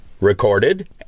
recorded